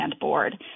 board